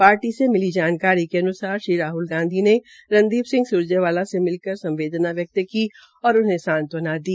party से मिली जानकारी के अनुसार श्री राहल गांधी ने रणदीप सिंह स्रजेवाला से मिलकर संवदेना व्यक्त की और उन्हें सांत्ववना दी